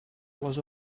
was